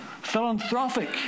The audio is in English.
Philanthropic